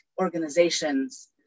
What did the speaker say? organizations